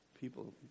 people